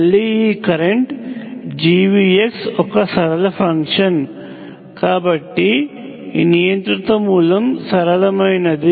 మళ్లీ ఈ కరెంట్ Gvxఒక సరళ ఫంక్షన్ కాబట్టి ఈ నియంత్రిత మూలం సరళమైనది